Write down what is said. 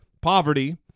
poverty